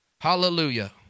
Hallelujah